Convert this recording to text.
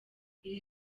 iri